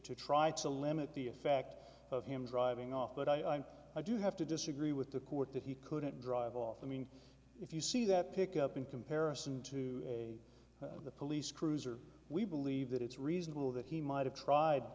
to try to limit the effect of him driving off but i do have to disagree with the court that he couldn't drive off i mean if you see that pick up in comparison to a police cruiser we believe that it's reasonable that he might have tried